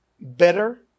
better